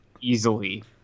easily